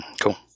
Cool